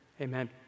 Amen